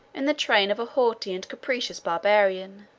in the train of a haughty and capricious barbarian.